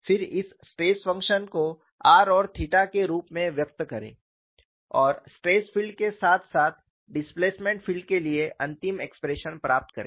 फिर इस stress function को r और थीटा के रूप में व्यक्त करें और स्ट्रेस फील्ड के साथ साथ डिस्प्लेसमेंट फील्ड के लिए अंतिम एक्सप्रेशन प्राप्त करें